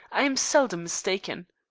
i am seldom mistaken.